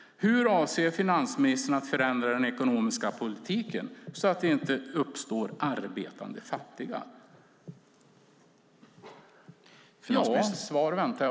Hur avser finansministern att förändra den ekonomiska politiken så att det inte uppstår arbetande fattiga?